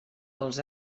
dels